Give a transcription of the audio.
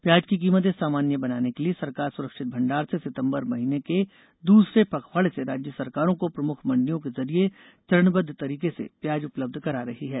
प्याज की कीमतें सामान्य बनाने के लिए सरकार सुरक्षित भंडार से सितम्बर महीने के दूसरे पखवाड़े से राज्य सरकारों को प्रमुख मंडियों के जरिए चरणबद्व तरीके से प्याज उपलब्ध करा रही है